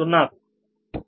సున్నాకు